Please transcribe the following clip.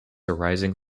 arising